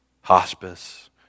hospice